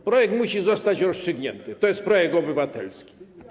Sprawa musi zostać rozstrzygnięta, to jest projekt obywatelski.